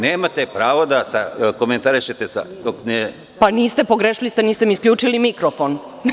Nemate pravo da komentarišete… (Nataša Mićić, s mesta: Pogrešili ste, niste mi isključili mikrofon.